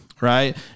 Right